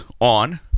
on